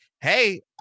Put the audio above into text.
Hey